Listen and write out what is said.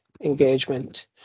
engagement